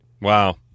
Wow